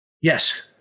Yes